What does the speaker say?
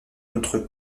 notre